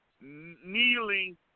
kneeling